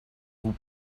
vous